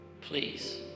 Please